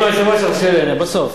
אם היושב-ראש ירשה לי אני אענה בסוף.